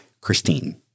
Christine